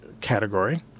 category